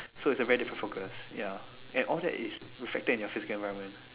so it's a very different focus ya and all that it's reflected in your physical environment